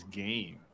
game